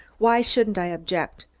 why shouldn't i object?